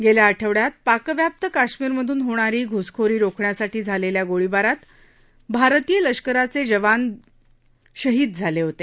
गेल्या आठवडयात पाकव्याप्त कश्मीरमधून होणारी घुसखोरी रोखण्यासाठी झालेल्या गोळीबारात भारतीय लष्कराचे जवान दोन जवान शहीद झाले होते